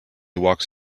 walks